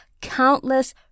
countless